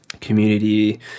community